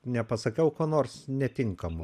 nepasakau ko nors netinkamo